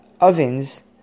ovens